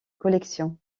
collections